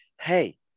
hey